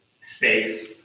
space